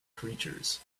creatures